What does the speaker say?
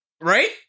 Right